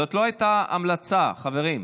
זאת לא הייתה המלצה, חברים.